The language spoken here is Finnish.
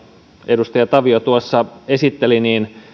edustaja ville tavio tuossa esitteli niin